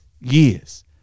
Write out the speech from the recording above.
years